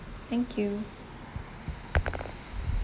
thank you